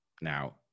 Now